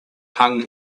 hung